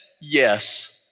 yes